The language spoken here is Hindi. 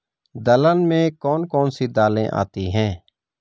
दलहन में कौन कौन सी दालें आती हैं?